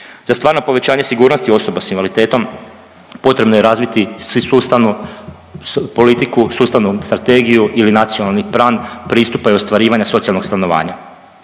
Za stvarno povećanje sigurnosti osoba s invaliditetom potrebno je razviti sustavno politiku sustavnu strategiju ili nacionalni plan pristupa i ostvarivanja socijalnog stanovanja.